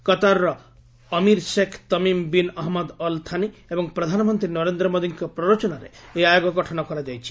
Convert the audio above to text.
କତାରର ଅମୀର Sheikh Tamim bin Ahmad Al Thani ଏବଂ ପ୍ରଧାନମନ୍ତ୍ରୀ ନରେନ୍ଦ୍ର ମୋଦିଙ୍କ ପ୍ରରୋଚନାରେ ଏହି ଆୟୋଗ ଗଠନ କରାଯାଇଛି